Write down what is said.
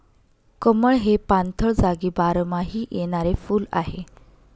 कमळ हे पाणथळ जागी बारमाही येणारे फुल आहे